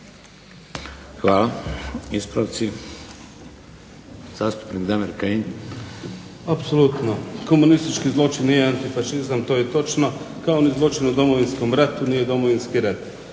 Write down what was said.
DAmir Kajin. **Kajin, Damir (IDS)** Apsolutno, komunistički zločin nije antifašizam to je točno, kao ni zločin u Domovinskom ratu nije Domovinski rat.